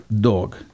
dog